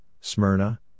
Smyrna